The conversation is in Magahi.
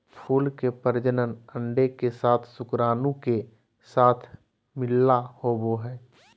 फूल के प्रजनन अंडे के साथ शुक्राणु के साथ मिलला होबो हइ